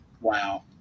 Wow